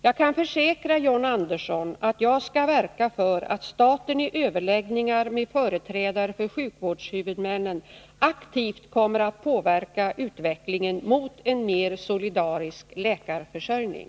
Jag kan försäkra John Andersson att jag skall verka för att staten i överläggningar med företrädare för sjukvårdshuvudmännen aktivt kommer att påverka utvecklingen mot en mera solidarisk läkarförsörjning.